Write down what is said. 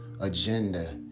agenda